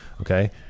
okay